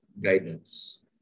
guidance